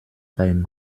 beim